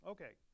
Okay